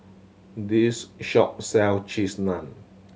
this shop sells Cheese Naan